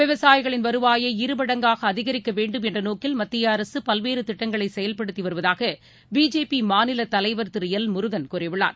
விவசாயிகளின் வருவாயை இருமடங்காகஅதிகரிக்கவேண்டும் என்றநோக்கில் மத்தியஅரசுபல்வேறுதிட்டங்களைசெயல்படுத்திவருவதாகபிஜேபிமாநிலத் தலைவர் திருஎல் முருகன் கூறியுள்ளார்